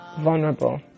vulnerable